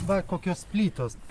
va kokios plytos